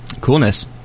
Coolness